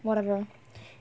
whatever